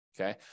Okay